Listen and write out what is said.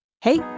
Hey